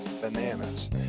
bananas